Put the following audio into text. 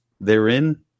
therein